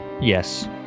Yes